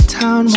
town